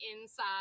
inside